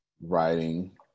writing